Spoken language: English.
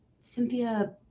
cynthia